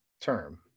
term